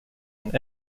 and